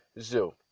Zoo